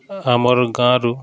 ଆମର୍ ଗାଁରୁ